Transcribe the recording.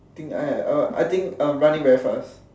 I think I I I think running very fast